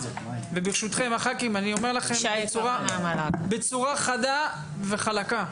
וברשותכם הח"כים אני אומר את זה בצורה חדה וחלקה,